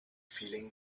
feeling